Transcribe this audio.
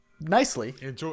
Nicely